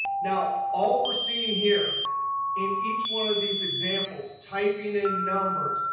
now, all we're seeing here in each one of these examples, typing in numbers,